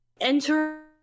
enter